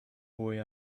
boy